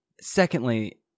Secondly